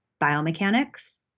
biomechanics